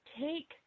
take